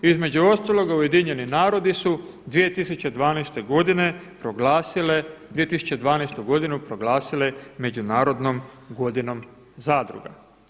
Između ostaloga Ujedinjeni Narodi su 2012. proglasile 2012. godinu proglasile međunarodnom godinom zadruga.